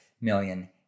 million